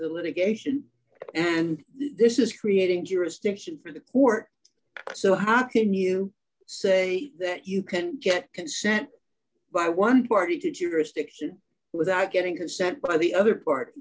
litigation and this is creating jurisdiction for the court so how can you say that you can get consent by one party to jurisdiction without getting consent by the other part